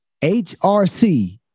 hrc